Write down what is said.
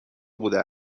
بوده